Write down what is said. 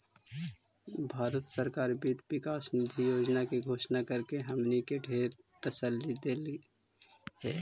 भारत सरकार वित्त विकास निधि योजना के घोषणा करके हमनी के ढेर तसल्ली देलई हे